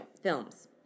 films